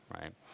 right